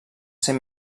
ser